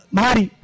mari